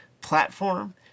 platform